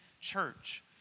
church